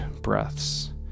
breaths